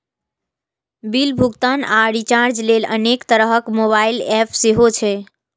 bill भुगतान आ recharge लेल अनेक तरहक मोबाइल एप सेहो छै